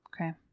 Okay